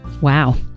Wow